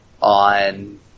on